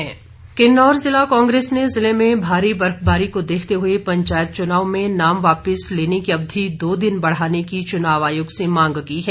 मांग किन्नौर जिला कांग्रेस ने जिले में भारी बर्फबारी को देखते हुए पंचायत चुनाव में नाम वापिस लेने की अवधि दो दिन बढ़ाने की चुनाव आयोग से मांग की है